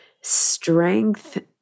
strength